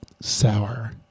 sour